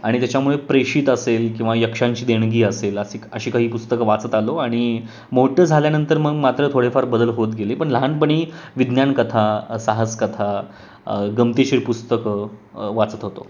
आणि त्याच्यामुळे प्रेषित असेल किंवा यक्षांची देणगी असेल असी अशी काही पुस्तकं वाचत आलो आणि मोठं झाल्यानंतर मग मात्र थोडेफार बदल होत गेले पण लहानपणी विज्ञानकथा साहसकथा गमतीशीर पुस्तकं वाचत होतो